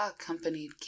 accompanied